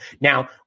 Now